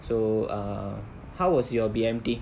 so uh how was your B_M_T